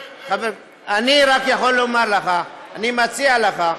אני רק יכול לומר לך, אני מציע לך,